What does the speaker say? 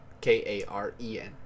K-A-R-E-N